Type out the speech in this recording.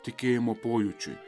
tikėjimo pojūčiui